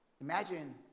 Imagine